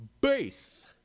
base